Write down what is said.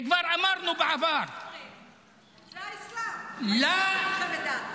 וכבר אמרנו בעבר -- זה האסלאם, מלחמת דת.